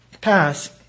pass